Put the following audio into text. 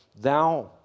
thou